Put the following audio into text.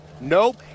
Nope